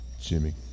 Jimmy